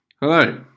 hello